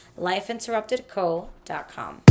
lifeinterruptedco.com